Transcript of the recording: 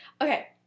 Okay